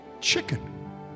chicken